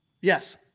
Yes